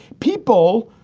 people?